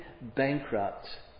bankrupt